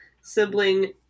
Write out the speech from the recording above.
sibling